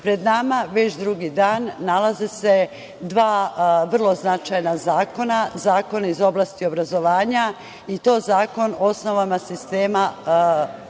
pred nama, već drugi dan, nalaze se dva vrlo značajna zakona, zakoni iz oblasti obrazovanja i to Zakon o osnovama sistema